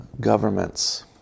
governments